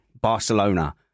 barcelona